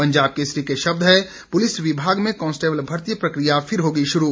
पंजाब केसरी के शब्द हैं पुलिस विभाग में कांस्टेबल भर्ती प्रक्रिया फिर होगी शुरू